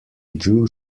drew